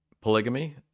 Polygamy